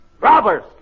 Robbers